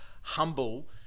humble